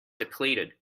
depleted